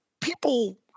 people